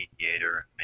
mediator